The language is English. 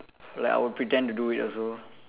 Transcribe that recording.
like I will pretend to do it also